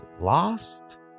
Lost